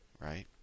right